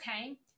okay